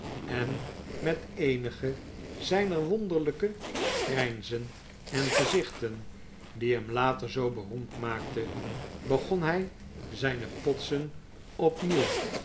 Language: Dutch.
en met eenige zijner wonderlijke grijnzen en gezichten die hem later zoo beroemd maakten begon hij zijne potsen